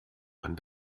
man